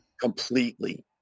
completely